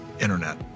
internet